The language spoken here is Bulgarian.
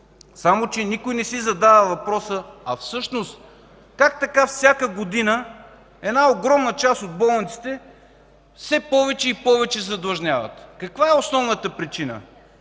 само че никой не си задава въпроса: а всъщност как така всяка година огромна част от болниците все повече и повече задлъжняват? Каква е основната причина?